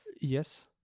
yes